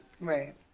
right